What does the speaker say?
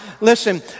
Listen